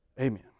Amen